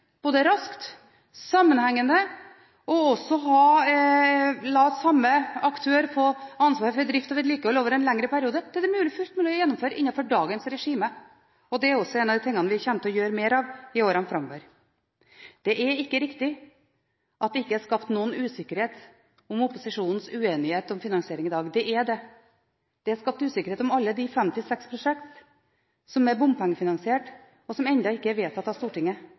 både raskt og sammenhengende og også la samme aktør få ansvaret for drift og vedlikehold over en lengre periode. Det er det fullt mulig å gjennomføre innenfor dagens regime. Det er også en av de tingene vi kommer til å gjøre mer av i årene framover. Det er ikke riktig at det ikke er skapt noen usikkerhet om opposisjonens uenighet om finansiering i dag – det er det. Det er skapt usikkerhet om alle de 56 prosjektene som er bompengefinansiert, og som ennå ikke er vedtatt av Stortinget,